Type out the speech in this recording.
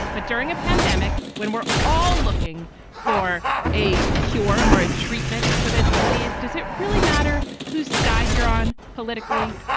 but during a pandemic, when we're all looking for a cure or a treatment for this disease, does it really matter whose side you're on? politically,